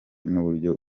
n’uburyo